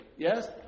yes